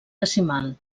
decimal